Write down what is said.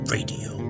Radio